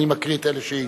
אני מקריא את אלה שהצביעו.